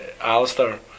Alistair